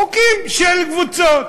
חוקים של קבוצות.